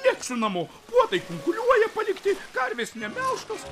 lėksiu namo puodai kunkuliuoja palikti karvės nemelžtos